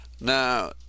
Now